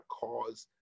cause